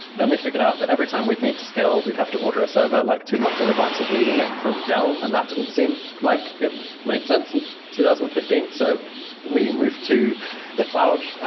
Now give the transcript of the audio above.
then we figured out that every time we'd need to scale, we'd have to order a server like two months in advance of needing it from dell and that didn't seem like it made sense in two thousand and fifteen. so we moved to the cloud.